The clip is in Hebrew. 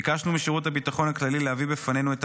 ביקשנו משירות הביטחון הכללי להביא בפנינו הן את